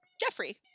Jeffrey